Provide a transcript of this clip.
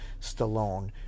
Stallone